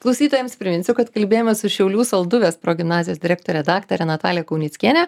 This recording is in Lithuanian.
klausytojams priminsiu kad kalbėjomės su šiaulių salduvės progimnazijos direktore daktare natalija kaunickiene